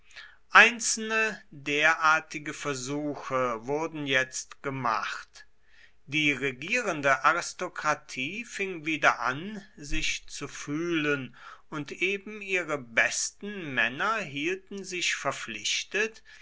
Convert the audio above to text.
einzelne derartige versuche wurden jetzt gemacht die regierende aristokratie fing wieder an sich zu fühlen und eben ihre besten männer hielten sich verpflichtet